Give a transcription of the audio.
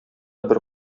бер